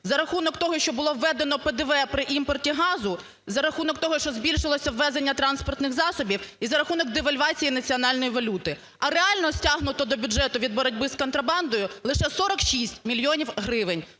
за рахунок того, що було введено ПДВ при імпорті газу, за рахунок того, що збільшилося ввезення транспортних засобів і за рахунок девальвації національної валюти. А реально стягнуто до бюджету від боротьби з контрабандою лише 46 мільйонів гривень.